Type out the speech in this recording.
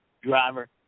driver